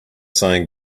saying